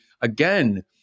again